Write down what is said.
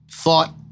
Thought